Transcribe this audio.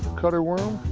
cut-r worm.